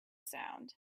sound